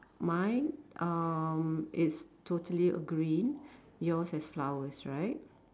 mine um it's totally a green yours has flowers right